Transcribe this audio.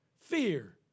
fear